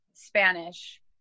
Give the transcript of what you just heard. spanish